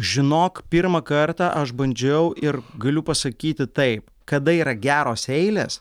žinok pirmą kartą aš bandžiau ir galiu pasakyti taip kada yra geros eilės